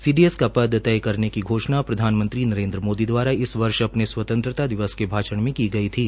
CDS का पद तय करने की घोषणा प्रधानमंत्री दवारा इस वर्षअपने स्वंतत्रता दिवस के भाषण मे की गई थी